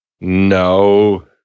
No